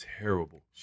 terrible